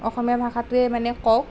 অসমীয়া ভাষাটোৱে মানে কওক